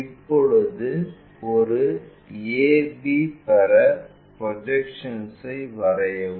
இப்போது ஒரு ab பெற ப்ரொஜெக்ஷன்ஐ வரையவும்